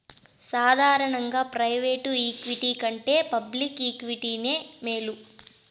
సాదారనంగా private equity కంటే public ఈక్విటీనే మేలు